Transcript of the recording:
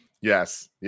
Yes